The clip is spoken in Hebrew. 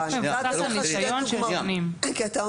אני יכולה לתת לך שתי דוגמאות כי אתה אומר,